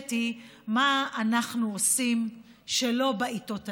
שנשאלת היא מה אנחנו עושים שלא בעיתות האלה.